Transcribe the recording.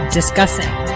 discussing